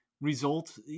result